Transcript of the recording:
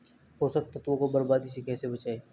पोषक तत्वों को बर्बादी से कैसे बचाएं?